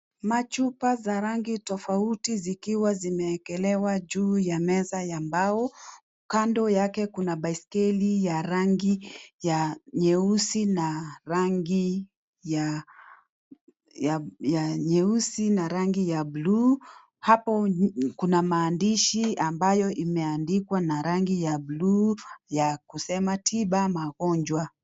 Machupa za rangi tofauti zikiwa zimewekelewa juu ya meza ya mbao. Kando yake, kuna baiskeli ya rangi ya nyeusi na rangi ya buluu. Hapo kuna maandishi ambayo imeandikwa na rangi ya buluu ya kusema tiba magonjwa.